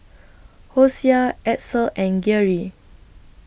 Hosea Edsel and Geary